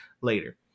later